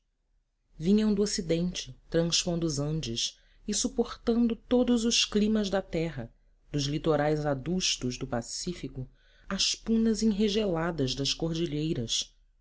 vinham do ocidente transpondo os andes e suportando todos os climas da terra dos litorais adustos do pacífico às punas enregeladas das cordilheiras